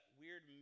weird